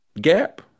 gap